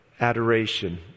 adoration